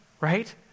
Right